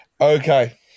Okay